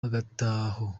hagataho